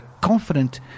confident